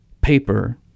paper